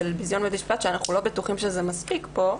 ביזיון בית המשפט שאנחנו לא בטוחים שזה מספיק פה,